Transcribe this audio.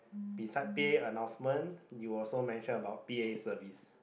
beside p_a annoucement you also mention about p_a service